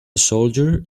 soldier